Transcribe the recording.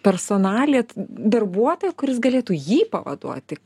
personalit darbuotą kuris galėtų jį pavaduoti